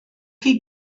chi